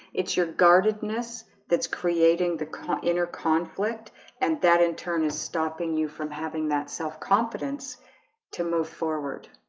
it's your guardedness that's creating the container conflict and that in turn is stopping you from having that self-confidence to move forward